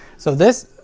so this,